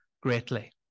greatly